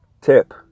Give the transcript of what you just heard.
tip